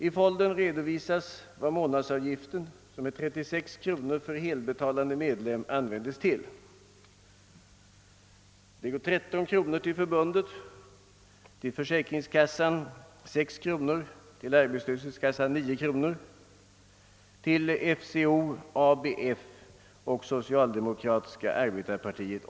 I foldern redovisas vad månadsavgiften, 36 kronor för helbetalande medlem, används till. Det går 13 kronor till förbundet, 6 kronor till försäkringskassan, 9 kronor till arbetslöshetskassan och 8 kronor till FSO, ABF och socialdemokratiska arbetarepartiet.